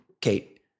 Kate